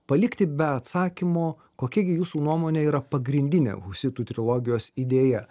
palikti be atsakymo kokia gi jūsų nuomone yra pagrindinė husitų trilogijos idėja